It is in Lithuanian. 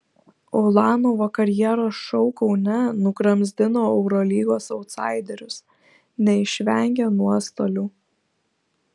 ulanovo karjeros šou kaune nugramzdino eurolygos autsaiderius neišvengė nuostolių